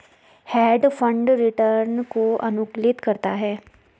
hedge fund return को अनुकूलित करता है